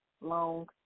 long